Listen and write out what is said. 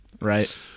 right